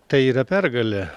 tai yra pergalė